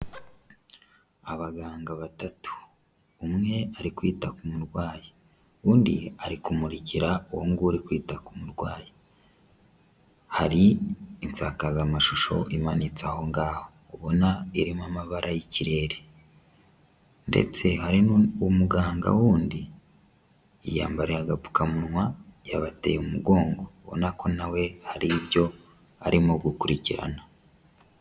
Abaganga batatu. Umwe ari kwita ku murwayi, undi ari kumurikira uwo nguwo uri kwita ku murwayi. Hari insakazamashusho imanitse aho ngaho, ubona irimo amabara y'ikirere ndetse hari n'umuganga wundi yiyambariye agapfukamunwa, yabateye umugongo ubona ko na we hari ibyo arimo gukurikirana.